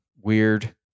weird